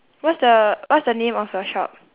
what's the what's the name of your shop